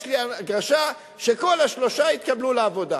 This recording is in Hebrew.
יש לי הרגשה שכל השלושה יתקבלו לעבודה.